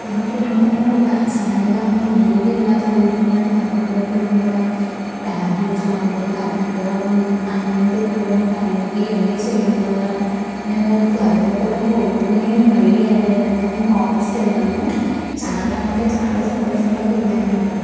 తరువాత ఏ సడన్గా ఎందుకు ఇలా జరుగుతుంది అని బాధ పడుతూ ఉండగా టాబ్లెట్స్ వాడ్డం కరెక్టుగా అన్నం తినడం టైంకి ఇవన్నీ చేయడం వల్ల నేను త్వరగా కూడా కోలుకొని మళ్ళీ యదావిధంగా నేను కాలేజీకి వెళ్ళాను చాలా అంటే చాలా సంతోషంగా ఫీల్ అయ్యానప్పుడు